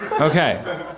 Okay